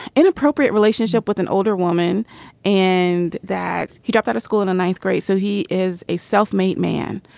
inappropriate relationship with an older woman and that he dropped out of school in the ninth grade. so he is a self-made man.